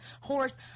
horse